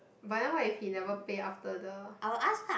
but then what if he never pay after the